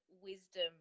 wisdom